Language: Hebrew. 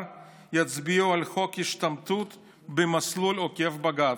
יצביעו על חוק השתמטות במסלול עוקף בג"ץ.